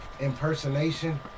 impersonation